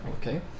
Okay